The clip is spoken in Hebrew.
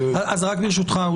אז רק ברשותך,